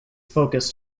focused